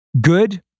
good